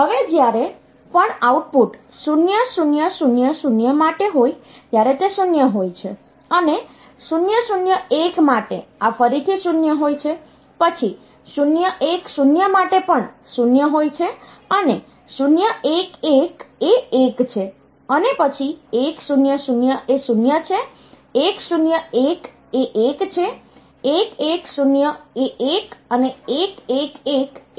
હવે જયારે પણ આઉટપુટ 0 0 0 0 માટે હોય ત્યારે તે 0 હોય છે અને 0 0 1 માટે આ ફરીથી 0 હોય છે પછી 0 1 0 માટે પણ 0 હોય છે અને 0 1 1 એ 1 છે અને પછી 1 0 0 એ 0 છે 1 0 1 એ 1 છે 1 1 0 એ 1 અને 1 1 1 એ 1 છે